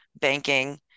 banking